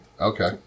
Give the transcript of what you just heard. Okay